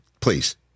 Please